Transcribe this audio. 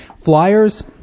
flyers